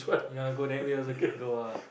ya lah go there we also can go ah